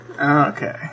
Okay